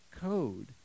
code